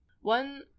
One